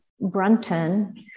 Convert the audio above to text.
Brunton